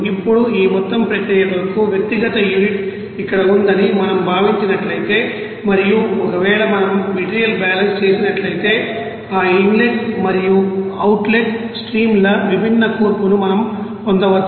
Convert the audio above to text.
ఇప్పుడు ఈ మొత్తం ప్రక్రియ కొరకు వ్యక్తిగత యూనిట్ ఇక్కడ ఉందని మనం భావించినట్లయితే మరియు ఒకవేళ మనం మెటీరియల్ బ్యాలెన్స్ చేసినట్లయితే ఆ ఇన్ లెట్ మరియు అవుట్ లెట్ స్ట్రీమ్ ల విభిన్న కూర్పును మనం పొందవచ్చు